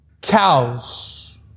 cows